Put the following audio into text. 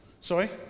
Sorry